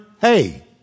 Hey